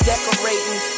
Decorating